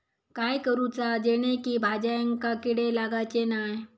काय करूचा जेणेकी भाजायेंका किडे लागाचे नाय?